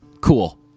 Cool